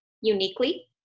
uniquely